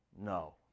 No